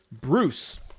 Bruce